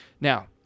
Now